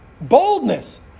Boldness